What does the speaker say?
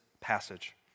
passage